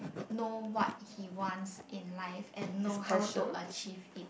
know what he wants in life and know how to achieve it